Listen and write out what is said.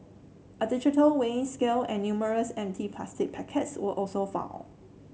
a digital weighing scale and numerous empty plastic packets were also found